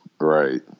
right